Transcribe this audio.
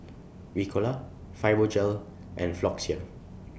Ricola Fibogel and Floxia